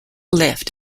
lift